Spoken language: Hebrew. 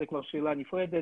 זו כבר שאלה נפרדת,